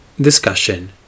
Discussion